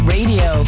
Radio